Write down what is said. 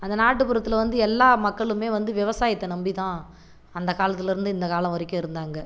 அந்த நாட்டுப்புறத்தில் வந்து எல்லா மக்களுமே வந்து விவசாயத்தை நம்பி தான் அந்த காலத்துலேருந்து இந்த காலம் வரைக்கும் இருந்தாங்க